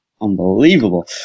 Unbelievable